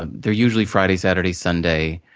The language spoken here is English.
ah they're usually friday, saturday, sunday,